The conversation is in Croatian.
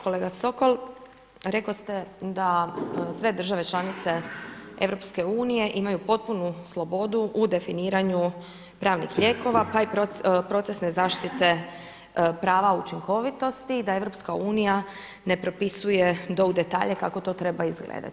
Kolega Sokol, rekoste da sve države članice EU imaju potpunu slobodu u definiranju pravnih lijekova pa i procesne zaštite prava učinkovitosti i da EU ne propisuje do u detalje kako to treba izgledati.